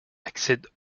accède